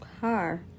car